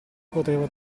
poteva